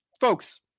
folks